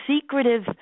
secretive